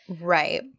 right